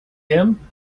him